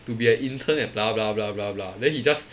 to be an intern at blah blah blah blah blah then he just